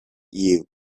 eve